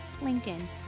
Lincoln